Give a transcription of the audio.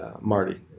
Marty